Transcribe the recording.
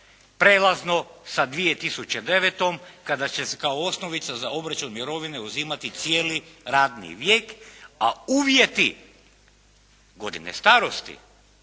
prijelazno sa 2009. kada će se kao osnovica za obračun mirovine uzimati cijeli radni vijek, a uvjeti godine starosti